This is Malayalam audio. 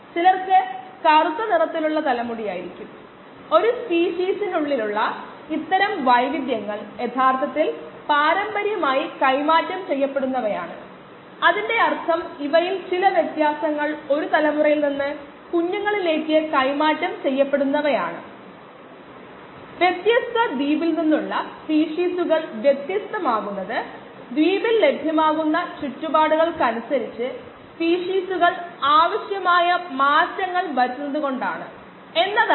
ഓപ്പൺ എന്റഡ് പ്രോബ്ലംകളിൽ നിന്ന് ഇത് വ്യത്യസ്തമാണ് അതിന് പ്രശ്നത്തിൽ പ്രസ്താവിച്ചതോ അറിയപ്പെടുന്നതോ ആയ എല്ലാ വിവരങ്ങളും ഉണ്ടായിരിക്കില്ല നമുക്ക് കുറച്ച് കാര്യങ്ങൾ കണ്ടെത്തേണ്ടിവരും